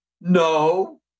No